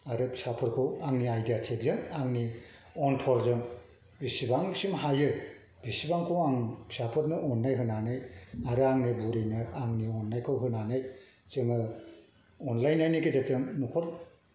आरो फिसाफोरखौ आंनि आइदियाटिक जों आंनि अन्थरजों बिसिबांसिम हायो एसेबांखौ आं फिसाफोरनो अननाय होनानै आरो आंनि बुरिनो आंनि अननायखौ होनानै जोङो अनलायनायनि गेजेरजों न'खर